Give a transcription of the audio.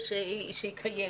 ולשבח שהיא קיימת.